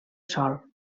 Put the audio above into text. sol